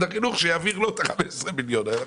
החינוך כדי שיעביר לו את ה-15 מיליון האלה.